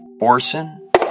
Orson